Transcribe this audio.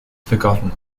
forgotten